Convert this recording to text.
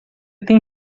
tem